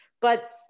But-